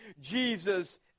Jesus